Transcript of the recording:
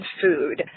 food